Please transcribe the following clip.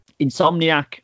Insomniac